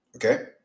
Okay